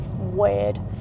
Weird